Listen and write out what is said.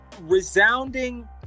resounding